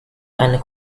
and